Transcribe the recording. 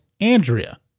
Andrea